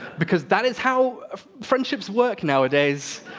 because that is how friendships work nowadays!